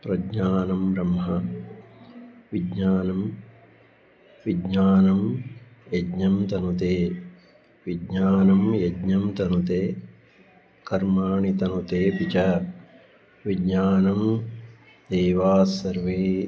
प्रज्ञानं ब्रह्मविज्ञानं विज्ञानं यज्ञं तनुते विज्ञानं यज्ञं तनुते कर्माणि तनुतेपि च विज्ञानं देवास्सर्वे